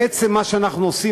בעצם מה שאנחנו עושים,